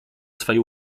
swej